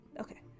Okay